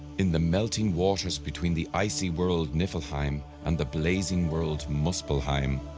in the melting waters between the icy world niflheim and the blazing world muspellheim,